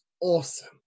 awesome